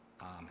Amen